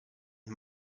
und